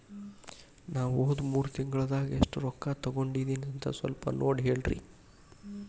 ನಾ ಹೋದ ಮೂರು ತಿಂಗಳದಾಗ ಎಷ್ಟು ರೊಕ್ಕಾ ತಕ್ಕೊಂಡೇನಿ ಅಂತ ಸಲ್ಪ ನೋಡ ಹೇಳ್ರಿ